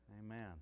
Amen